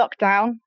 lockdown